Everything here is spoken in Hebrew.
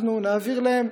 אנחנו נעביר להם,